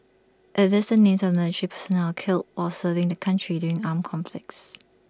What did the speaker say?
IT lists the names of military personnel killed on serving the country during armed conflicts